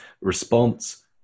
response